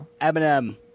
Eminem